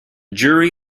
jury